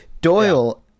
Doyle